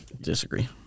Disagree